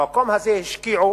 במקום הזה השקיעו